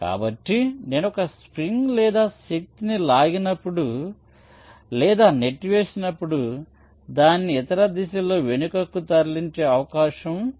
కాబట్టి నేను ఒక స్ప్రింగ్ లేదా శక్తిని లాగినప్పుడు లేదా నెట్టివేసినప్పుడు దానిని ఇతర దిశలో వెనుకకు తరలించే అవకాశం ఉంది